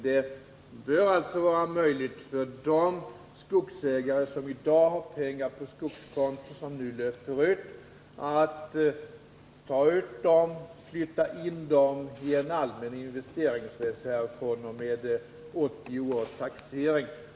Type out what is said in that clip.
Det bör alltså vara möjligt för de skogsägare, som i dag har pengar på skogskonto som nu löper ut, att ta ut medlen och flytta in dem i en allmän investeringsreserv fr.o.m. 1980 års taxering.